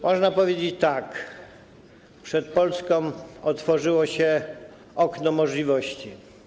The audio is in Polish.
Można powiedzieć tak: Przed Polską otworzyło się okno możliwości.